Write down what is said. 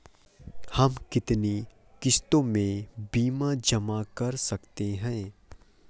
हम कितनी किश्तों में बीमा जमा कर सकते हैं?